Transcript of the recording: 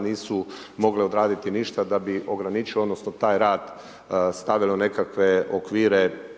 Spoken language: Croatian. nisu mogle odraditi ništa, da bi ograničili. odnosno, taj rad, stavilo u nekakve okvire,